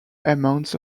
amounts